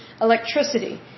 electricity